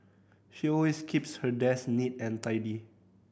she always keeps her desk neat and tidy